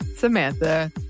Samantha